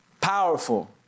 Powerful